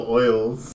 oils